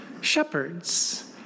Shepherds